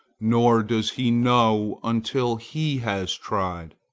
nor does he know until he has tried.